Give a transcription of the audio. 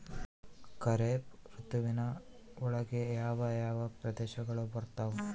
ಖಾರೇಫ್ ಋತುವಿನ ಒಳಗೆ ಯಾವ ಯಾವ ಪ್ರದೇಶಗಳು ಬರ್ತಾವ?